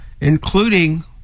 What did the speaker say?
including